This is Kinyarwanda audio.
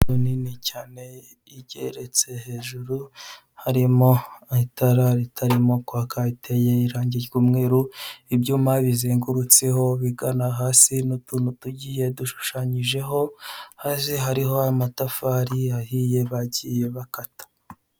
Inzu nini cyane igeretse, hejuru harimo itara ritarimo kwaka, iteye irangi ry'umweru ibyuma bizengurutseho bigana hasi n' utuntu tugiye dushushanyijeho, hasi hariho amatafari ahiye bagiye bakata.